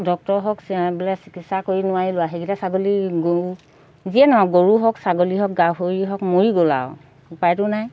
doctor হওক বোলে চিকিৎসা কৰি নোৱাৰিলোঁ সেইকেইটা ছাগলী যিয়ে নহওক গৰু হওক ছাগলী হওক গাহৰি হওক মৰি গ'ল আৰু উপায়তো নাই